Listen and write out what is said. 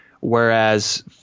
whereas